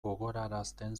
gogorarazten